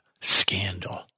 scandal